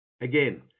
Again